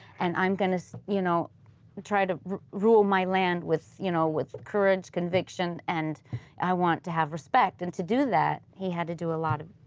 and i'm going to so you know to try to rule my land with you know with courage, conviction and i want to have respect, and to do that, he had to do a lot of,